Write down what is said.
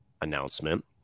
announcement